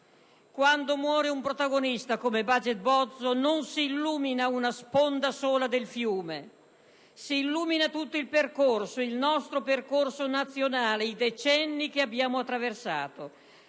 Quando muore un protagonista come Baget Bozzo, non si illumina una sponda sola del fiume, si illumina tutto il percorso, il nostro percorso nazionale, i decenni che abbiamo attraversato.